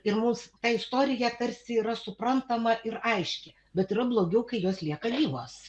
ir mums ta istorija tarsi yra suprantama ir aiški bet yra blogiau kai jos lieka gyvos